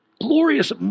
Glorious